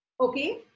Okay